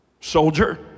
soldier